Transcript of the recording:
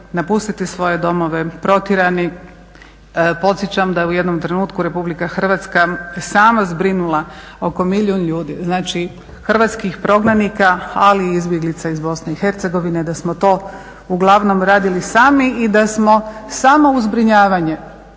napustiti svoje domove, protjerani. Podsjećam da je u jednom trenutku Republika Hrvatska sama zbrinula oko milijun ljudi, znači hrvatskih prognanika ali i izbjeglica iz Bosne i Hercegovine da smo to uglavnom radili sami i da smo samo uz zbrinjavanje,